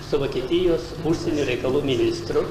su vokietijos užsienio reikalų ministru